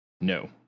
No